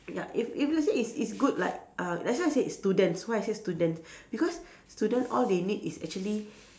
ya if if you say it's it's good like uh that's why I say students why I say student because student all they need is actually